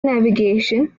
navigation